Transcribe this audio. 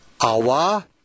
Awa